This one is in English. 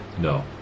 No